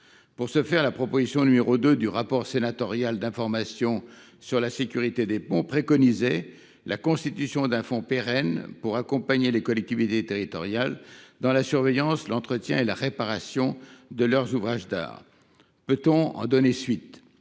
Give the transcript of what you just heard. dans la proposition n° 2 du rapport sénatorial d’information sur la sécurité des ponts la constitution d’un fonds pérenne pour accompagner les collectivités territoriales dans la surveillance, l’entretien et la réparation de leurs ouvrages d’art. Peut on y donner suite ?